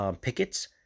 pickets